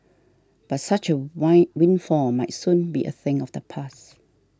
but such a wind windfall might soon be a thing of the past